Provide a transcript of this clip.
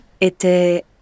était